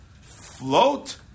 float